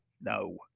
no